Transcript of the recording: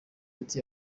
ati